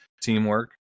teamwork